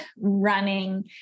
running